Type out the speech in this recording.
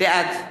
בעד